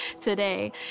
today